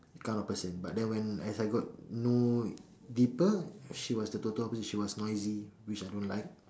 kind of person but then when as I got to know deeper she was the total opposite she was noisy which I don't like